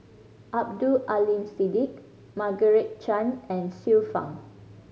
Abdul Aleem Siddique Margaret Chan and Xiu Fang